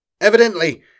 Evidently